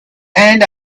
and